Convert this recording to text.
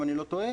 אם אני לא טועה,